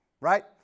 Right